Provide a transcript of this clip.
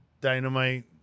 Dynamite